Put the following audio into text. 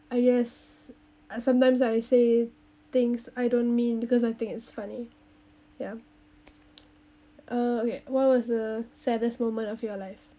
I guess I sometimes I say things I don't mean because I think it's funny yeah uh okay well what was a saddest moment of your life